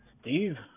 Steve